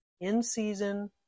in-season